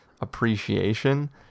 appreciation